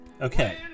Okay